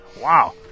Wow